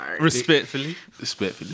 Respectfully